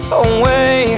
away